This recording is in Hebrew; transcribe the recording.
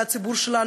והציבור שלנו,